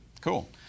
cool